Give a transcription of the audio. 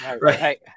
right